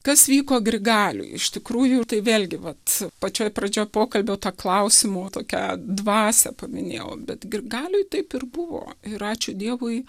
kas vyko grigaliuj iš tikrųjų ir tai vėlgi vat pačioj pradžioj pokalbio tą klausimo tokią dvasią paminėjau bet grigaliuj taip ir buvo ir ačiū dievui